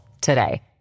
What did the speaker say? today